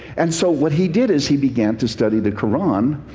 and so what he did is he began to study the quran.